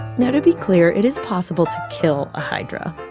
now, to be clear, it is possible to kill a hydra.